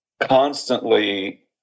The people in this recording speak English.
constantly